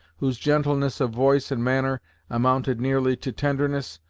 whose gentleness of voice and manner amounted nearly to tenderness,